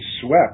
swept